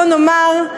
בואו נאמר,